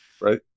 right